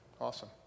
awesome